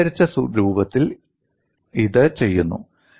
വിപുലീകരിച്ച രൂപത്തിൽ ഇത് ചെയ്യുന്നു